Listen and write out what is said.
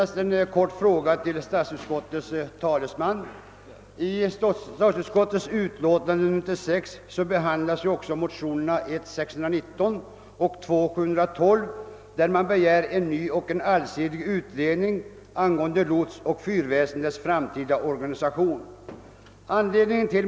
Herr talman! I statsutskottets utlåtande nr 96 behandlas bl.a. motionerna 1: 619 och II: 712, vari det begärs en ny allsidig utredning angående lotsoch fyrväsendets framtida organisation.